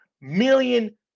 million